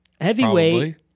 Heavyweight